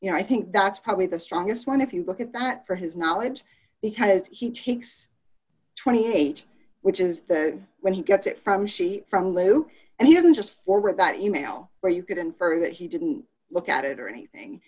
you know i think that's probably the strongest one if you look at that for his knowledge because he takes twenty eight which is when he gets it from she from lou and he doesn't just forward that you mail or you could infer that he didn't look at it or anything